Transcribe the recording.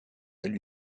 elle